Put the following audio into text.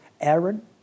Aaron